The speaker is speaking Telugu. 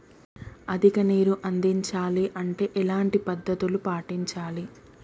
అధిక నీరు అందించాలి అంటే ఎలాంటి పద్ధతులు పాటించాలి?